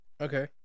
Okay